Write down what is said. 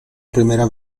primera